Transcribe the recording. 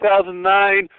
2009